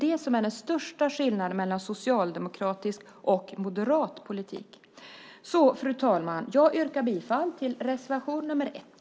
Det är den största skillnaden mellan socialdemokratisk och moderat politik. Fru talman! Jag yrkar bifall till reservation nr 1.